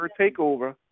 takeover